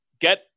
get